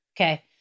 Okay